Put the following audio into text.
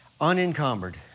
unencumbered